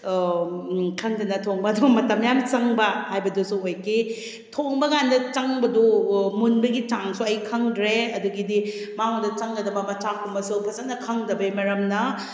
ꯈꯪꯗꯅ ꯊꯣꯡꯕ ꯑꯗꯨꯝ ꯃꯇꯝ ꯃꯌꯥꯝ ꯆꯪꯕ ꯍꯥꯏꯕꯗꯁꯨ ꯑꯣꯏꯈꯤ ꯊꯣꯡꯕꯀꯥꯟꯗ ꯆꯪꯕꯗꯨ ꯃꯨꯟꯕꯒꯤ ꯆꯥꯡꯁꯨ ꯑꯩ ꯈꯪꯗ꯭ꯔꯦ ꯑꯗꯒꯤꯗꯤ ꯃꯉꯣꯟꯗ ꯆꯪꯒꯗꯕ ꯃꯆꯥꯛ ꯀꯨꯝꯕꯁꯨ ꯐꯖꯅ ꯈꯪꯗꯕꯩ ꯃꯔꯝꯅ